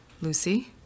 Lucy